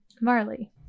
Marley